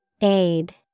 Aid